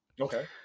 okay